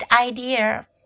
idea